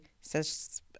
says